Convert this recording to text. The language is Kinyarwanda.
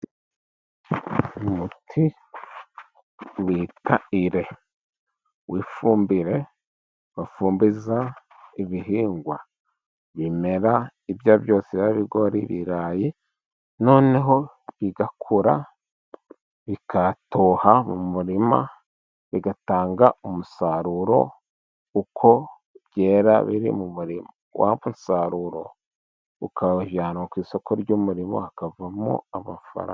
Umuti witwa ire wifumbire bafumbiza ibihingwa, bimera ibyaribyo byose ari ibigori, ibirayi, noneho bigakura, bigatoha mu murima bigatanga umusaruro, uko byera biri mu murima, wa musaruro ukawujyana ku isoko ry'umurimo hakavamo amafaranga.